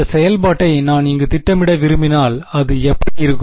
இந்த செயல்பாட்டை நான் இங்கு திட்டமிட விரும்பினால் அது எப்படி இருக்கும்